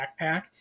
backpack